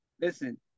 listen